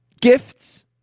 gifts